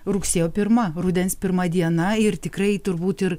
rugsėjo pirma rudens pirma diena ir tikrai turbūt ir